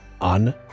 on